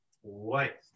white